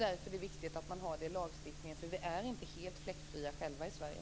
Därför är det viktigt att man har detta i lagstiftningen, för vi är inte helt fläckfria själva i Sverige.